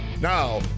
Now